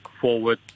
forward